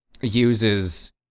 uses